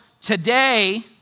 today